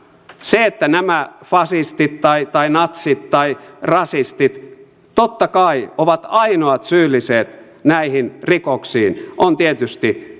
se että nämä fasistit tai tai natsit tai rasistit totta kai ovat ainoat syylliset näihin rikoksiin on tietysti